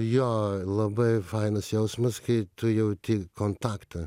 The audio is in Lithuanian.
jo labai fainas jausmas kai tu jauti kontaktą